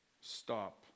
stop